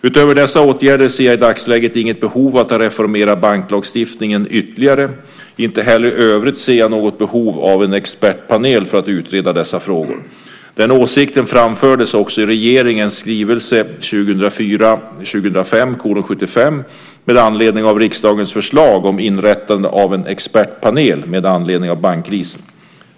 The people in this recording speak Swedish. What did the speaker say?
Utöver dessa åtgärder ser jag i dagsläget inget behov av att reformera banklagstiftningen ytterligare. Inte heller i övrigt ser jag något behov av en expertpanel för att utreda dessa frågor. Den åsikten framfördes också i regeringens skrivelse 2004/05:75 med anledning av riksdagens förslag om inrättande av en expertpanel med anledning av bankkrisen.